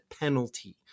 penalty